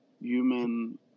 human